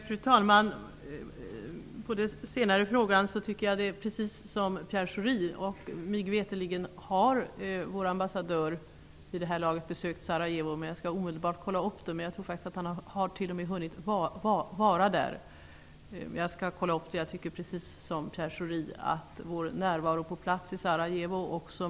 Fru talman! Jag tycker precis som Pierre Schori när det gäller den fråga han ställde. Mig veterligen har vår ambassadör vid det här laget besökt Sarajevo, och t.o.m. hunnit vara där. Jag skall omedelbart kontrollera det.